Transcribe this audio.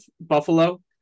Buffalo